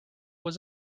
was